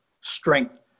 strength